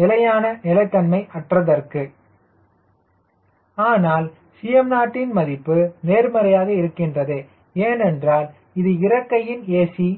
நிலையான நிலைத்தன்மை அற்றதற்கு ஆனால் Cmo ன் மதிப்பு நேர்மறையாக இருக்கின்றது ஏனென்றால் இது இறக்கையின் a